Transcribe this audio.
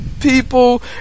people